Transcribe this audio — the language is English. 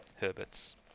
Herbert's